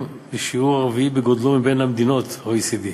בשיעור הרביעי בגודלו בין מדינות ה-OECD.